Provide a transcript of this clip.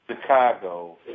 Chicago